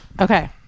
Okay